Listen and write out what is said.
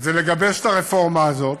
זה לגבש את הרפורמה הזאת.